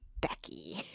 Becky